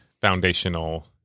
foundational